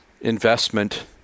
investment